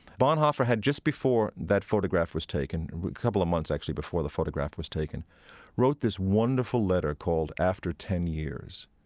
bonhoeffer had just before that photograph was taken a couple of months actually before the photograph was taken wrote this wonderful letter called after ten years,